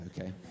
okay